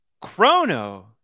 Chrono